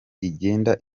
igenda